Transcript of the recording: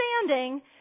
understanding